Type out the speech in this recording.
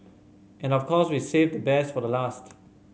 and of course we've saved the best for last